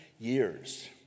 years